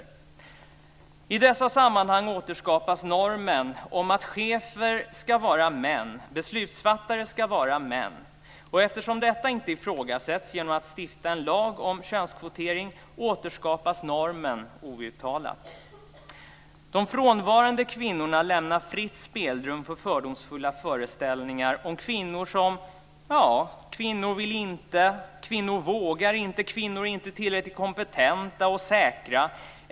I dessa sammanhang återskapas normen om att chefer ska vara män. Beslutsfattare ska vara män. Och eftersom detta inte ifrågasätts genom att det stiftas en lag om könskvotering återskapas normen outtalat. Frånvaron av kvinnor lämnar fritt spelrum för fördomsfulla föreställningar om kvinnor som: Kvinnor vill inte. Kvinnor vågar inte. Kvinnor är inte tillräckligt kompetenta och säkra.